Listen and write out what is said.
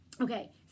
okay